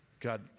God